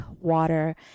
water